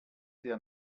der